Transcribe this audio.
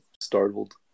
startled